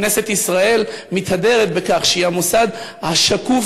כנסת ישראל מתהדרת בכך שהיא המוסד השקוף